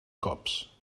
cops